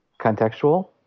contextual